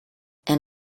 and